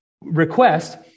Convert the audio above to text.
request